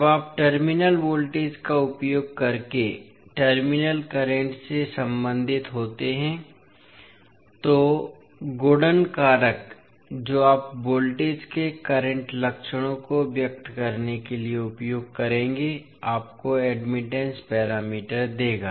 जब आप terminal voltage का उपयोग करके टर्मिनल करंट से संबंधित होते हैं तो गुणन कारक जो आप वोल्टेज के करंट लक्षणों को व्यक्त करने के लिए उपयोग करेंगे आपको एडमिटेंस पैरामीटर देगा